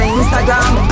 Instagram